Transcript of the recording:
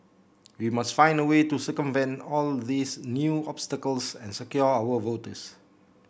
we must find a way to circumvent all these new obstacles and secure our votes